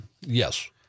Yes